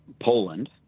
Poland